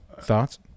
Thoughts